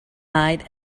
night